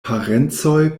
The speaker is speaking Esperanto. parencoj